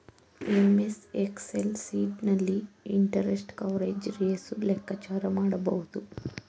MS Excel sheet ನಲ್ಲಿ interest coverage ratio ಲೆಕ್ಕಾಚಾರ ಮಾಡಬಹುದು